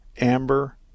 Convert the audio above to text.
amber